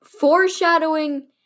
foreshadowing